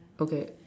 okay